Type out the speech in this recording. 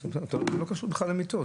אז זה לא קשור בכלל למיטות.